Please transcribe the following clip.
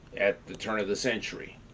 at the turn of the century,